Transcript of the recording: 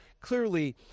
Clearly